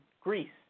Greece